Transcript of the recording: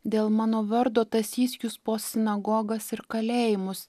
dėl mano vardo tąsys jus po sinagogas ir kalėjimus